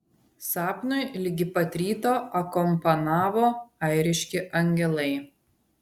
sapnui ligi pat ryto akompanavo airiški angelai